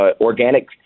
organic